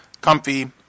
comfy